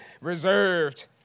reserved